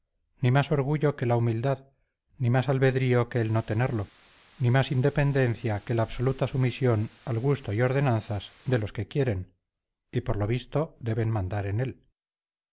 ni más orgullo que la humildad ni más albedrío que el no tenerlo ni más independencia que la absoluta sumisión al gusto y ordenanzas de los que quieren y por lo visto deben mandar en él